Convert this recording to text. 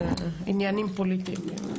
זה עניינים פוליטיים.